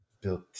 Built